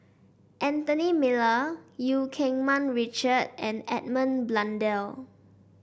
Anthony Miller Eu Keng Mun Richard and Edmund Blundell